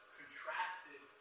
contrasted